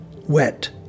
wet